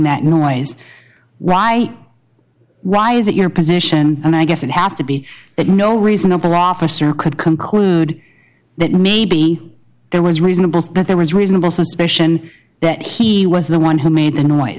that noise why why is it your position and i guess it has to be that no reasonable officer could conclude that maybe there was reasonable that there was reasonable suspicion that he was the one who made the noise